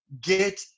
get